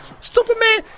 Superman